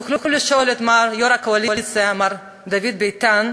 תוכלו לשאול את מר יו"ר הקואליציה, מר דוד ביטן,